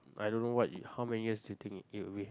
I don't know what how many years you think it'll be